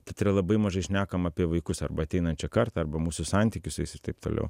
teatre labai mažai šnekam apie vaikus arba ateinančią kartą arba mūsų santykį su jais ir taip toliau